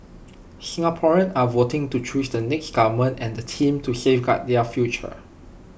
Singaporeans are voting to choose the next government and the team to safeguard their future